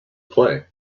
play